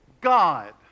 God